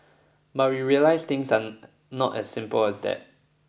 but we realized things are not as simple as that